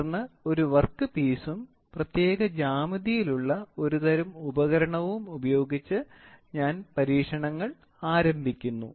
തുടർന്ന് ഒരു വർക്ക് പീസും പ്രത്യേക ജ്യാമിതിയിലുള്ള ഒരു തരം ഉപകരണവും ഉപയോഗിച്ച് ഞാൻ പരീക്ഷണങ്ങൾ ആരംഭിക്കുന്നു